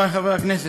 חברי חברי הכנסת,